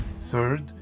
Third